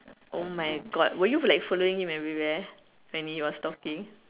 oh my God were you like following him everywhere when he was talking